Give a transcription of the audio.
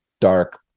dark